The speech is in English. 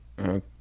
Okay